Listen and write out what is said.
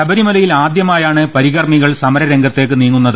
ശബരിമലയിൽ ആദ്യമായാണ് പരി കർമ്മികൾ സമരരംഗത്തേക്ക് നീങ്ങുന്നത്